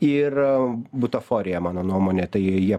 ir butaforija mano nuomone tai jie